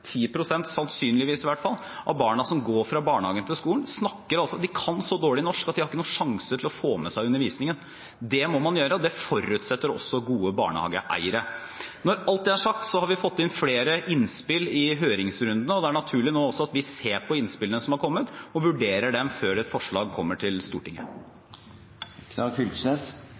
sannsynligvis i hvert fall – av barna som går fra barnehagen til skolen, kan så dårlig norsk at de har ikke noen sjanse til å få med seg undervisningen. Det må man gjøre, og det forutsetter også gode barnehageeiere. Når alt det er sagt, har vi fått inn flere innspill i høringsrundene, og det er naturlig nå at vi også ser på innspillene som har kommet, og vurderer dem før et forslag kommer til